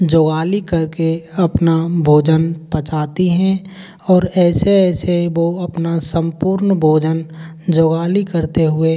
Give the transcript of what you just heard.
जुगाली करके अपना भोजन पचाती हैं और ऐसे ऐसे वो अपना सम्पूर्ण भोजन जुगाली करते हुए